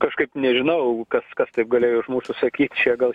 kažkaip nežinau kas kas taip galėjo iš mūsų sakyt čia gal